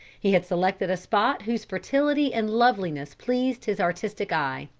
he had selected a spot whose fertility and loveliness pleased his artistic eye.